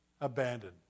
abandoned